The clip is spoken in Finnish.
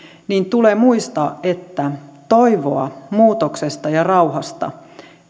tulee muistaa että toivoa muutoksesta ja rauhasta